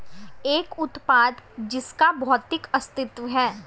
एक उत्पाद जिसका भौतिक अस्तित्व है?